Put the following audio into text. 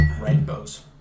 Rainbows